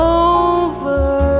over